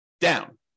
down